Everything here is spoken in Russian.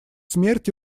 смерть